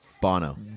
Bono